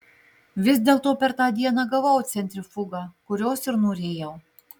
vis dėlto per tą dieną gavau centrifugą kurios ir norėjau